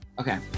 Okay